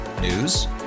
News